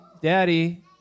Daddy